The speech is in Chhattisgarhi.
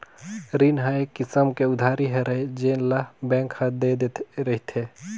रीन ह एक किसम के उधारी हरय जेन ल बेंक ह दे रिथे